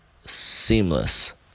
seamless